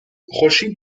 خورشید